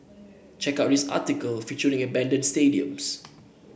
check out this article featuring abandoned stadiums